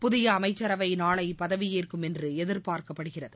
புதிய அமைச்சரவை நாளை பதவியேற்கும் என்று எதிர்பார்க்கப்படுகிறது